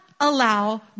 allow